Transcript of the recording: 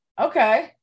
Okay